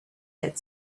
had